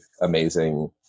amazing